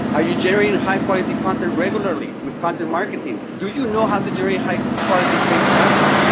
are you generating high quality content regularly with content marketing? do you know how to generate high quality paid traffic?